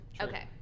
Okay